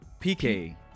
PK